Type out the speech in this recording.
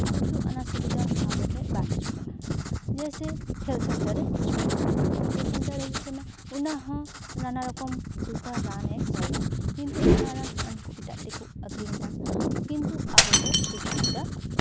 ᱠᱤᱱᱛᱩ ᱚᱱᱟ ᱥᱩᱵᱤᱫᱷᱟ ᱟᱵᱚ ᱴᱷᱮᱡ ᱵᱟᱝ ᱦᱤᱡᱩᱜ ᱠᱟᱱᱟ ᱡᱮᱭᱥᱮ ᱦᱮᱞᱛᱷ ᱥᱮᱱᱴᱟᱨ ᱨᱮ ᱦᱤᱡᱩᱜ ᱠᱟᱱᱟ ᱦᱮᱞᱛᱷ ᱥᱮᱱᱴᱟᱨ ᱨᱮ ᱦᱤᱡᱩᱜ ᱠᱟᱱᱟ ᱚᱱᱟ ᱦᱚᱸ ᱥᱚᱨᱠᱟᱨ ᱱᱟᱱᱟ ᱨᱚᱠᱚᱢ ᱨᱟᱱ ᱮ ᱚᱞ ᱫᱟᱭ ᱠᱤᱱᱛᱩ ᱚᱱᱟ ᱨᱟᱱ ᱮᱴᱟᱜ ᱫᱤᱠᱩ ᱟᱠᱷᱨᱤᱧ ᱠᱮᱫᱟ ᱠᱤᱱᱛᱩ ᱟᱵᱚ ᱴᱷᱮᱡ ᱥᱩᱵᱤᱫᱷᱟ